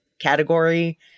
category